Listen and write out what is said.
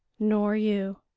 nor you.